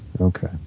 okay